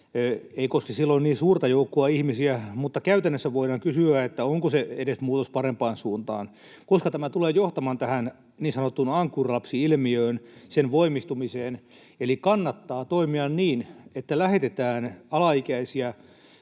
ei koske silloin niin suurta joukkoa ihmisiä, mutta käytännössä voidaan kysyä, onko se edes muutos parempaan suuntaan, koska tämä tulee johtamaan niin sanotun ankkurilapsi-ilmiön voimistumiseen. Eli kannattaa toimia niin, että lähetetään alaikäisiä,